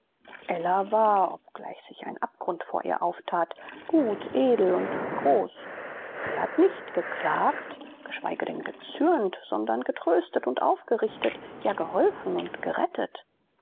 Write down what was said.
ella war obgleich sich ein abgrund vor ihr auftat gut edel und groß sie hat nicht geklagt geschweige denn gezürnt sondern getröstet und aufgerichtet ja geholfen und gerettet